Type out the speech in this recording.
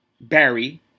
Barry